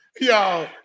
Y'all